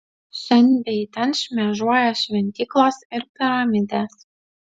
šen bei ten šmėžuoja šventyklos ir piramidės